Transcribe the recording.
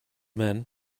men